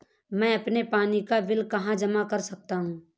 मैं अपने पानी का बिल कहाँ जमा कर सकता हूँ?